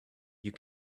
you